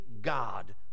God